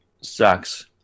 sucks